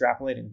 extrapolating